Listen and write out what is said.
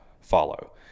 follow